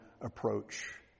approach